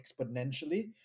exponentially